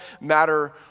matter